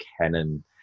Canon